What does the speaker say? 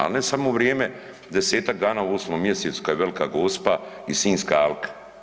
Al ne samo u vrijeme 10-tak dana u 8. mjesecu kad je Velika Gospa i Sinjska alka.